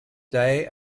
day